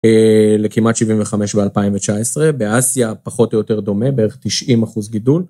לכמעט 75 ב2019 באסיה פחות או יותר דומה בערך 90 אחוז גידול.